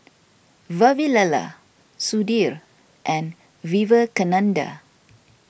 Vavilala Sudhir and Vivekananda